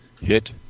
hit